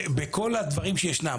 בכל הדברים שישנם.